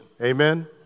Amen